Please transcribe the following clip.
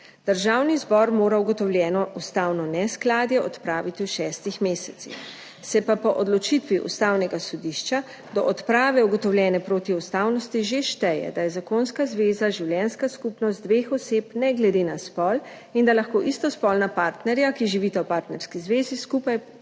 Državni zbor mora ugotovljeno ustavno neskladje odpraviti v šestih mesecih. Se pa po odločitvi Ustavnega sodišča do odprave ugotovljene protiustavnosti že šteje, da je zakonska zveza življenjska skupnost dveh oseb ne glede na spol in da lahko istospolna partnerja, ki živita v partnerski zvezi, skupaj